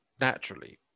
naturally